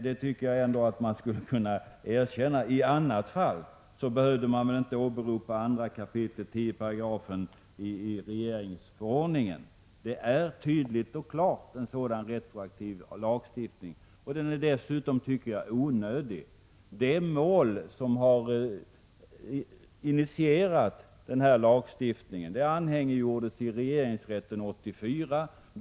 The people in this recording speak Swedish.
Det tycker jag att man borde kunna erkänna. I annat fall behövde man väl inte åberopa 2 kap. 10 § i regeringsformen. Det är helt klart en retroaktiv lagstiftning. Dessutom är den, enligt min mening, onödig. Det mål som initierade den här lagstiftningen anhängiggjordes i regeringsrätten 1984.